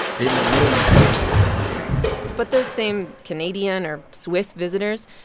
they don't know anything about the bone gang but those same canadian or swiss visitors,